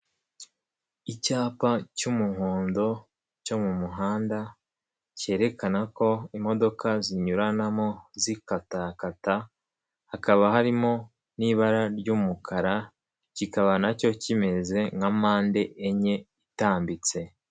Icyapa cy'umuhondo, cyo mu muhanda, cyerekana ko imodoka zinyuranamo, zikatakata. Hakaba harimo, n'ibara ry'umukara. Kikaba nacyo kimeze nka mpande enye itambitse.